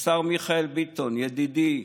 השר מיכאל ביטון, ידידי,